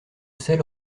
sels